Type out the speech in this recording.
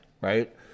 right